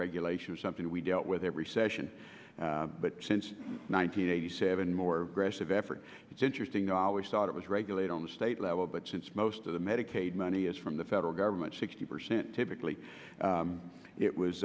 regulation was something we dealt with every session but since one nine hundred eighty seven more aggressive effort it's interesting i always thought it was regulate on the state level but since most of the medicaid money is from the federal government sixty percent typically it was